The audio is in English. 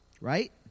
Right